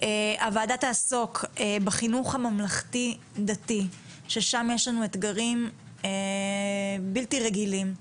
הוועדה תעסוק בחינוך הממלכתי-דתי ששם יש לנו אתגרים בלתי רגלים.